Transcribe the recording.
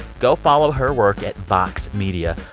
go follow her work at vox media.